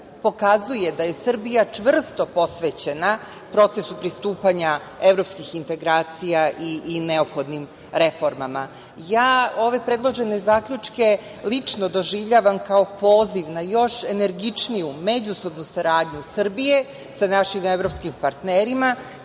pokazao da je Srbija čvrsto posvećena procesu pristupanja evropskih integracija i neophodnim reformama. Ja ove predložene zaključke lično doživljavam kao poziv na još energičniju međusobnu saradnju Srbije sa našim evropskim partnerima